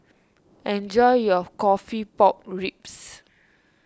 enjoy your Coffee Pork Ribs